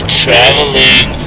traveling